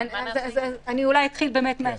אתחיל מן